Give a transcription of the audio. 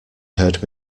heard